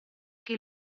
che